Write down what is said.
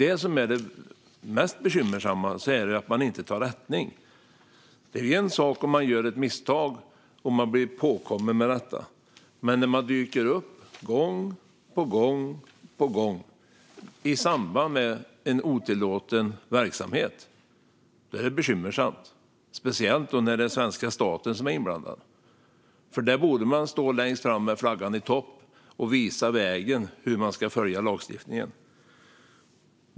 Det mest bekymmersamma är att man inte tar rättning. Det är en sak om man gör ett misstag och blir påkommen med detta. Men när man dyker upp gång på gång i samband med en otillåten verksamhet är det bekymmersamt. Det gäller speciellt när det är svenska staten som är inblandad. Där borde man stå längst fram med flaggan i topp och visa vägen för hur man ska följa lagstiftningen.